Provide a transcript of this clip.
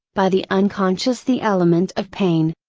by the unconscious the element of pain.